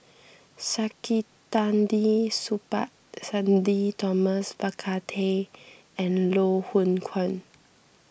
Saktiandi Supaat Sudhir Thomas Vadaketh and Loh Hoong Kwan